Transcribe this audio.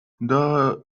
the